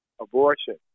abortion